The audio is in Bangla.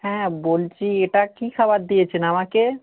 হ্যাঁ বলছি এটা কী খাবার দিয়েছেন আমাকে